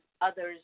others